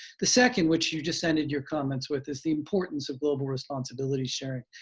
the second, which you just ended your comments with, is the importance of global responsibility sharing.